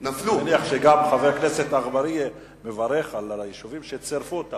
אני מניח שגם חבר הכנסת אגבאריה מברך על היישובים שצורפו.